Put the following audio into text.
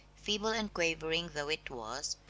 feeble and quavering though it was,